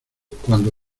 cuando